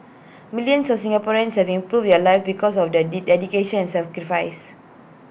millions of Singaporeans have improved their lives because of the D dedication and sacrifice